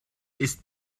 ist